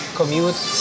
Commute